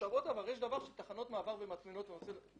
יש דבר שנקרא בעלויות משותפות.